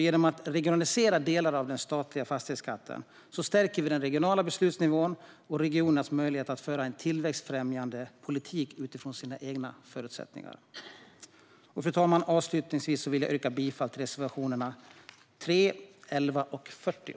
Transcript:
Genom att regionalisera delar av den statliga fastighetsskatten stärker vi den regionala beslutsnivån och regionernas möjligheter att föra en tillväxtfrämjande politik utifrån sina egna förutsättningar. Fru talman! Avslutningsvis vill jag yrka bifall till reservationerna 3, 11 och 40.